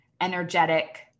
energetic